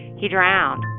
he drowned